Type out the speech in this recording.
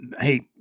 hey